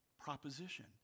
proposition